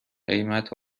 قیمت